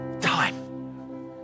time